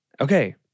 okay